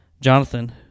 Jonathan